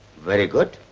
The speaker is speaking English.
very good.